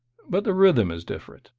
but the rhythm is different,